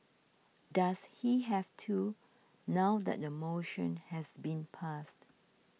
does he have to now that the motion has been passed